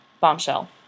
bombshell